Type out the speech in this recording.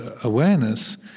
awareness